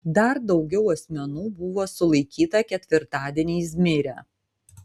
dar daugiau asmenų buvo sulaikyta ketvirtadienį izmyre